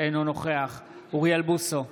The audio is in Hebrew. אינו נוכח אוריאל בוסו,